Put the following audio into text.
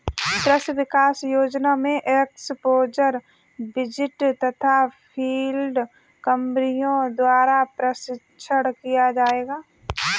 कृषि विकास योजना में एक्स्पोज़र विजिट तथा फील्ड कर्मियों द्वारा प्रशिक्षण किया जाएगा